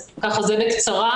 זה בקצרה.